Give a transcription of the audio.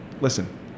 listen